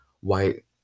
white